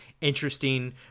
interesting